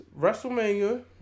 WrestleMania